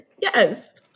Yes